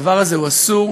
הדבר הזה הוא אסור,